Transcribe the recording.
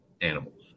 animals